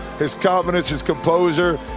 his confidence, his composure.